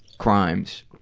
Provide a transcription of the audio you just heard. crimes.